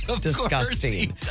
disgusting